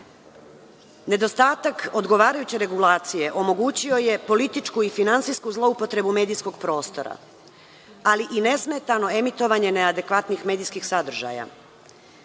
Nedostatak odgovarajuće regulacije omogućio je političku i finansijsku zloupotrebu medijskog prostora, ali i nesmetano emitovanje neadekvatnih medijskih sadržaja.